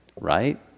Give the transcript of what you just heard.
right